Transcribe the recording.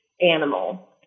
animal